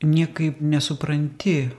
niekaip nesupranti